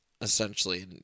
Essentially